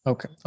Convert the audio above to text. Okay